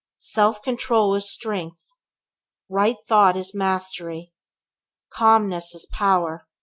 self-control is strength right thought is mastery calmness is power.